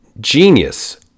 Genius